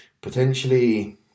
potentially